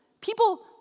People